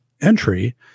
entry